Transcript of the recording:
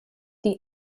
die